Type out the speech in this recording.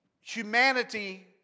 humanity